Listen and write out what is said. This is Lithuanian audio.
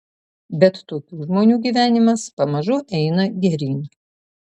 bet tokių žmonių gyvenimas pamažu eina geryn